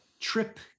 trip